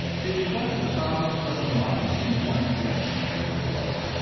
to discuss the problems of the mind in one section of this book,